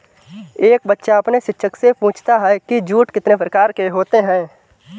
एक बच्चा अपने शिक्षक से पूछता है कि जूट कितने प्रकार के होते हैं?